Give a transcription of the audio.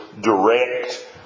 direct